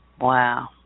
Wow